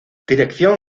dirección